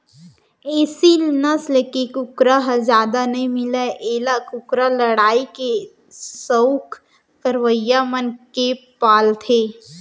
एसील नसल के कुकरा ह जादा नइ मिलय एला कुकरा लड़ई के सउख रखवइया मन पालथें